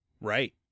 Right